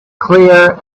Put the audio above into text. clear